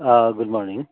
अँ good morning